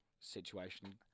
situation